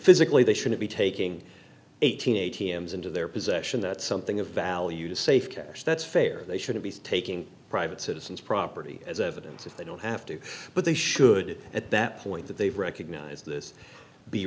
physically they shouldn't be taking eighteen a t m s into their possession that something of value to safe cash that's fair they shouldn't be taking private citizens property as evidence if they don't have to but they should at that point that they've recognized this be